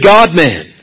God-man